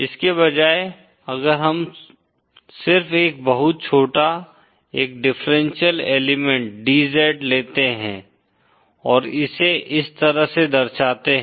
इसके बजाय अगर हम सिर्फ एक बहुत छोटा एक डिफरेंशियल एलिमेंट DZ लेते हैं और इसे इस तरह से दर्शाते हैं